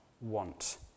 Want